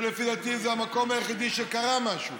שלפי דעתי זה המקום היחידי שקרה משהו,